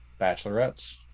bachelorettes